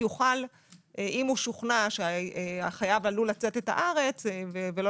אם שוכנע שהחייב עלול לצאת את הארץ ולא